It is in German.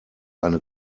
eine